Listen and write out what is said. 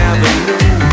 Avenue